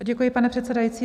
Děkuji, pane předsedající.